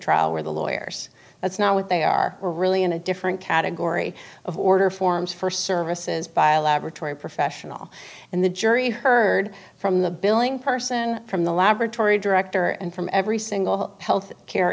trial where the lawyers that's not what they are really in a different category of order forms for services by a laboratory professional and the jury heard from the billing person from the laboratory director and from every single health care